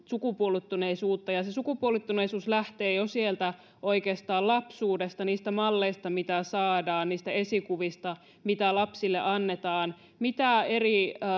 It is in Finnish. sukupuolittuneisuutta sukupuolittuneisuus lähtee oikeastaan jo sieltä lapsuudesta niistä malleista mitä saadaan niistä esikuvista mitä lapsille annetaan